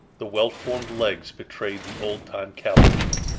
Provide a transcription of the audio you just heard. the well-formed legs betrayed the old-time calvalryman.